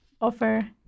offer